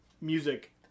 music